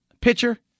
Pitcher